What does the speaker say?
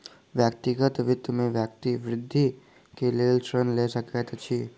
व्यक्तिगत वित्त में व्यक्ति वृद्धि के लेल ऋण लय सकैत अछि